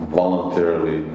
voluntarily